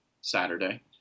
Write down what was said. Saturday